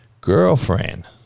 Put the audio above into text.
girlfriend